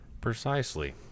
Precisely